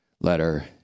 letter